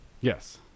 Yes